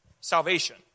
salvation